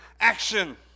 action